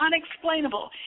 unexplainable